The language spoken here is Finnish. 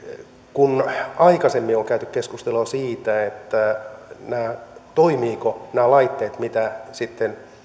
kun aikaisemmin on käyty keskustelua siitä toimivatko nämä laitteet mitä sitten